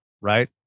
right